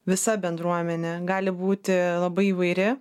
visa bendruomenė gali būti labai įvairi